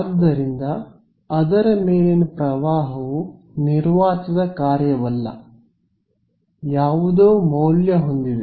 ಆದ್ದರಿಂದ ಅದರ ಮೇಲಿನ ಪ್ರವಾಹವು ನಿರ್ವಾತದ ಕಾರ್ಯವಲ್ಲ ಯಾವುದೋ ಮೌಲ್ಯ ಹೊಂದಿದೆ